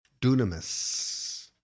dunamis